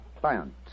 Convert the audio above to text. client